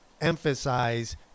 emphasize